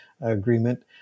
agreement